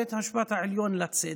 בבית המשפט העליון לצדק,